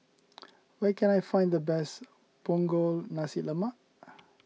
where can I find the best Punggol Nasi Lemak